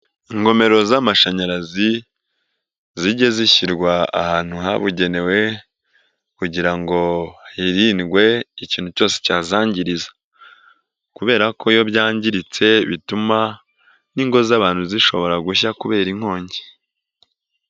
Ingomero z'amashanyarazi, zijye zishyirwa ahantu habugenewe, kugira ngo hirindwe ikintu cyose cyazangiriza, kubera ko iyo byangiritse bituma n'ingo z'abantu zishobora gushya kubera inkongi.